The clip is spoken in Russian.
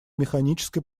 механической